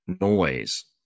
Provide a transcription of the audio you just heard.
noise